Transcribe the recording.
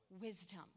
wisdom